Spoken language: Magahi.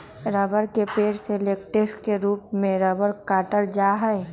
रबड़ के पेड़ से लेटेक्स के रूप में रबड़ काटल जा हई